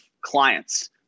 clients